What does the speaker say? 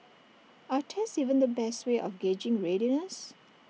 are tests even the best way of gauging readiness